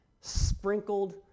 sprinkled